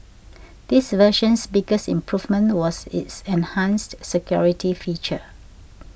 this version's biggest improvement was its enhanced security feature